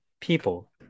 people